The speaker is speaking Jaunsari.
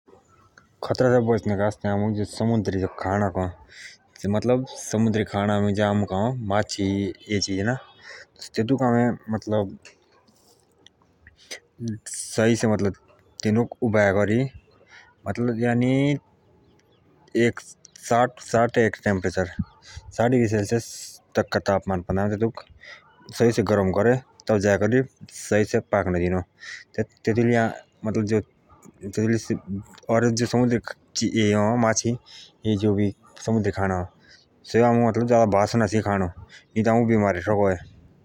खतरे से बचनके आस्ते आमुक समुद्रि खाण जसो माच्छि तेतूक मतलब आम सहि से उबाए करी यानि कि साट डिग्री सेल्सियस टेम्परेचर पान्दे पाकन दिनों और एओ समुन्द्रि खाणक आमु जादा बासो ना छैइ खाणो।